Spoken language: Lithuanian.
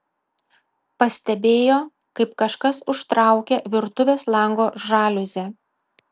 pastebėjo kaip kažkas užtraukė virtuvės lango žaliuzę